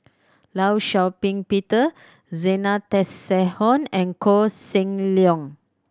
Law Shau Ping Peter Zena Tessensohn and Koh Seng Leong